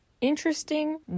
Interesting